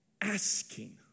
asking